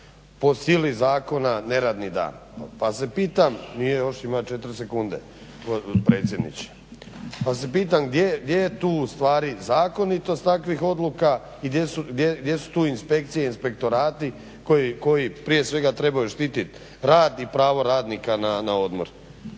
po sili zakona neradni dan. Pa se pitam, nije još imam 4 sekunde predsjedniče, pa se pitam gdje je tu ustvari zakonitost takvih odluka i gdje su tu inspekcije i inspektorati koji prije svega trebaju štiti rad i pravo radnika na odmor?